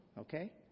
Okay